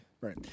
Right